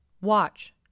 Watch